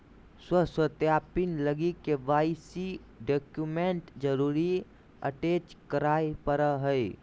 स्व सत्यापित लगी के.वाई.सी डॉक्यूमेंट जरुर अटेच कराय परा हइ